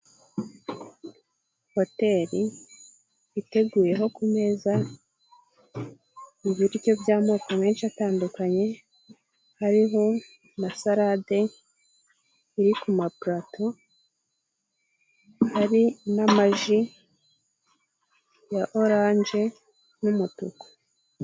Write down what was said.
Hoteli iteguyeho ku meza ibiryo by'amoko menshi atandukanye, hariho na salade iri kuma pulato, hari n'amaji ya oranje n'umutuku.